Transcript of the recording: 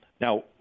Now